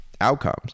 outcomes